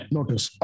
Notice